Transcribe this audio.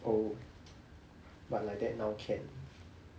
oh like like that loh correct